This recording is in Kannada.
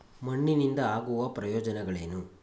ಮಣ್ಣಿನಿಂದ ಆಗುವ ಪ್ರಯೋಜನಗಳೇನು?